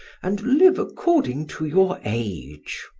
and live according to your age.